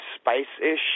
spice-ish